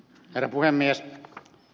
herra puhemies